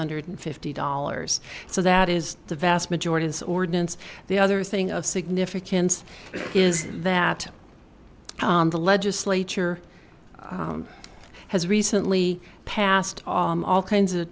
hundred fifty dollars so that is the vast majority of ordinance the other thing of significance is that the legislature has recently passed all kinds of